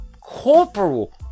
Corporal